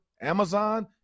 Amazon